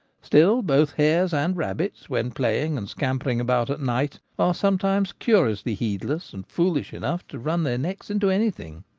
still, both hares and rabbits, when playing and scampering about at night, are sometimes curiously heedless, and foolish enough to run their necks into anything.